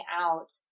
out